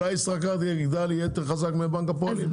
אולי ישראכרט יגדל ויהיה יותר חזק מבנק הפועלים.